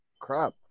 Crap